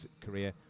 career